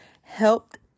helped